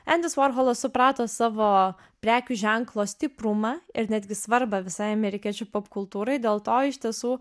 endis vorholas suprato savo prekių ženklo stiprumą ir netgi svarbą visai amerikiečių popkultūrai dėl to iš tiesų